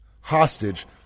hostage